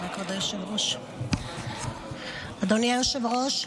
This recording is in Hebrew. אדוני היושב-ראש,